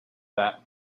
that